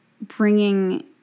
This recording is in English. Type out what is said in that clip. bringing